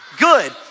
Good